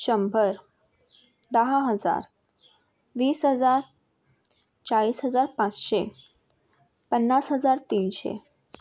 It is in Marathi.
शंभर दहा हजार वीस हजार चाळीस हजार पाचशे पन्नास हजार तीनशे